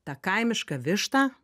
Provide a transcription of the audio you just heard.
tą kaimišką vištą